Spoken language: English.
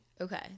Okay